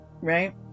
right